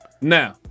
Now